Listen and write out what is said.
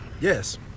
Yes